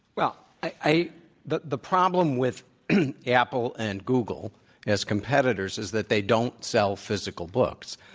well, i the the problem with apple and google as competitors is that they don't sell physical books.